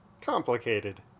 Complicated